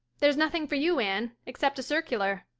there's nothing for you, anne, except a circular.